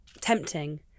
tempting